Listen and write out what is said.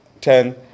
Ten